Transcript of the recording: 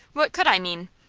what could i mean?